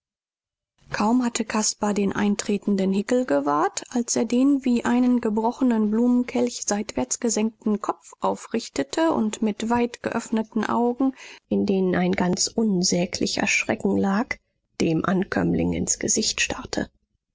kaum hatte caspar den eintretenden hickel gewahrt als er den wie einen gebrochenen blumenkelch seitwärts gesenkten kopf aufrichtete und mit weitgeöffneten augen in denen ein ganz unsäglicher schrecken lag dem ankömmling ins gesicht starrte